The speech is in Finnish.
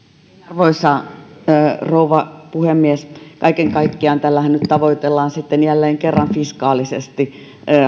arvoisa rouva puhemies kaiken kaikkiaan tällähän nyt tavoitellaan jälleen kerran fiskaalisesti